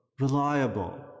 reliable